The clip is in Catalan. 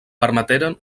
permeteren